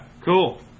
Cool